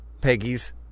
Peggy's